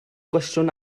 gwestiwn